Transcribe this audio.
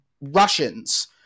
Russians